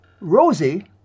Rosie